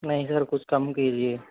नहीं सर कुछ कम कीजिए